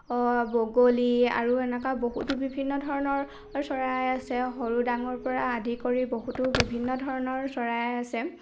অ' বগলী আৰু এনেকুৱা বহুতো বিভিন্ন ধৰণৰ চৰাই আছে সৰু ডাঙৰৰপৰা আদি কৰি বহুতো বিভিন্ন ধৰণৰ চৰাই আছে